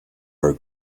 her